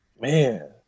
Man